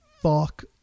fuck